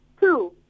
Two